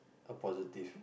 a positive